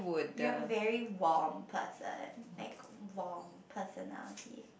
you're very warm person like warm personality